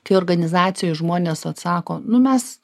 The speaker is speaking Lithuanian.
kai organizacijoj žmonės vat sako nu mes